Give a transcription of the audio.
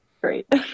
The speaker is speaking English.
great